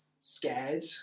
scared